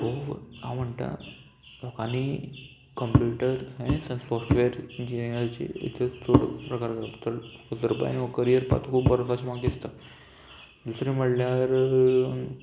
हो हांव म्हणटां लोकांनी कंप्युटर सायन्स आनी सॉफ्टवॅर इंजिनियरिंगाची चड प्रकार चड डिसकस करपा जायना हो करियर पात खूब बरोच अशें म्हाका दिसता दुसरें म्हणल्यार